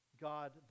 God